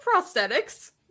prosthetics